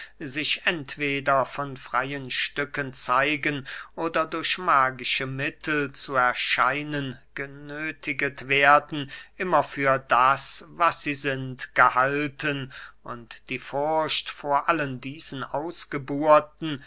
sich entweder von freyen stücken zeigen oder durch magische mittel zu erscheinen genöthiget werden immer für das was sie sind gehalten und die furcht vor allen diesen ausgeburten